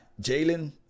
Jalen